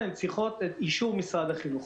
הן צריכות את אישור משרד החינוך.